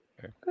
Good